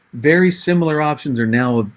very similar options are now.